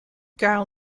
gare